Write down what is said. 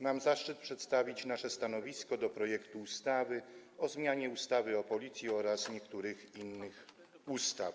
mam zaszczyt przedstawić nasze stanowisko wobec projektu ustawy o zmianie ustawy o Policji oraz niektórych innych ustaw.